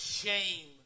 shame